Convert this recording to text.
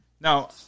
Now